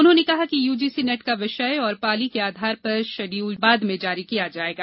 उन्होंने कहा कि यूजीसी नेट का विषय और पाली के आधार पर शेड्यूल बाद में जारी कर दिया जाएगा